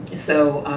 so